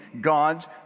God's